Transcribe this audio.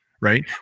right